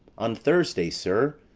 on thursday, sir?